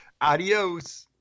Adios